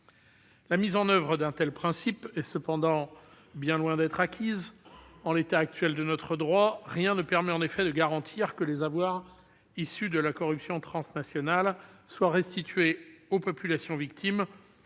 La mise en oeuvre d'un tel principe est cependant loin d'être acquise. En l'état actuel de notre droit, rien ne permet en effet de garantir que les avoirs issus de la corruption transnationale soient restitués aux populations victimes